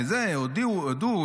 הודו,